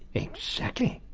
exactly.